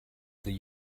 the